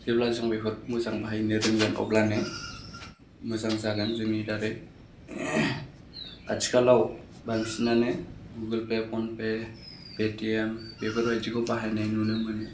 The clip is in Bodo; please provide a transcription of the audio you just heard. जेब्ला जों बेफोरखौ मोजाङै बाहायनो रोंगोन अब्लानो मोजां जागोन जोंनि दारै आथिखालाव बांसिनानो गुगोलपे फनपे पेटिएम बेफोरबायदिखौ बाहायनाय नुनो मोनो